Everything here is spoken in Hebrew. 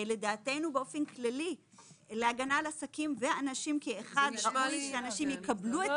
לדעתנו באופן כללי להגנה על עסקים ואנשים כאחד צריך שאנשים יקבלו את